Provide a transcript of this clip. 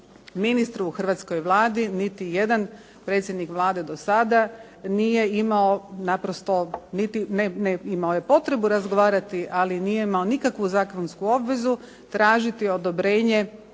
ministru u hrvatskoj Vladi niti jedan predsjednik Vlade do sada nije imao naprosto niti, imao je potrebu razgovarati ali nije imao nikakvu zakonsku obvezu tražiti odobrenje